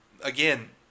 again